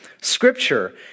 scripture